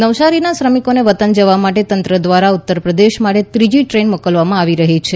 નવસારીના શ્રમિકોને વતન જવા માટે તંત્ર દ્વારા ઉત્તરપ્રદેશ માટે ત્રીજી ટ્રેન મોકલવામાં આવી રહી છે